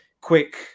quick